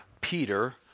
Peter